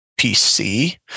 PC